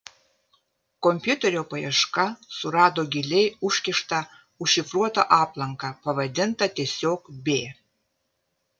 kompiuterio paieška surado giliai užkištą užšifruotą aplanką pavadintą tiesiog b